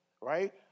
Right